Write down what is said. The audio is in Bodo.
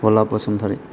भला बसुमतारि